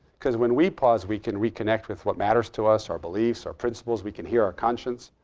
because when we pause, we can reconnect with what matters to us, our beliefs, our principles. we can hear our conscience.